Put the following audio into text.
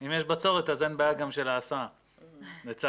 אם יש בצורת, אין בעיה של ההסעה, לצערנו.